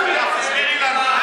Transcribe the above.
רוצים, שנשלם,